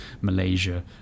Malaysia